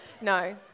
no